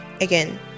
Again